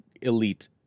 elite